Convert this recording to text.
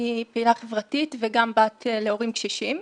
אני פעילה חברתית וגם בת להורים קשישים.